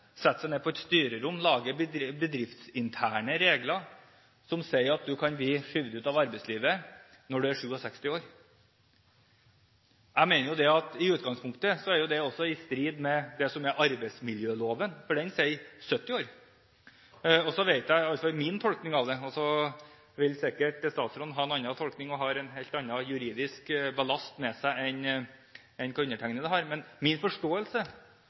ned på et styrerom, lager bedriftsinterne regler som sier at du kan bli skjøvet ut av arbeidslivet når du er 67 år. Jeg mener at i utgangspunktet er det også i strid med arbeidsmiljøloven, for den sier 70 år. Nå vil sikkert statsråden ha en annen tolkning og en helt annen juridisk ballast med seg enn hva undertegnede har, men min forståelse,